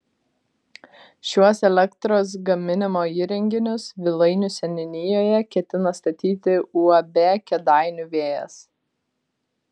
šiuos elektros gaminimo įrenginius vilainių seniūnijoje ketina statyti uab kėdainių vėjas